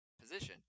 position